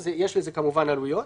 אז יש לזה כמובן עלויות.